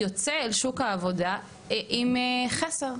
יוצא אל שוק העבודה עם חסר.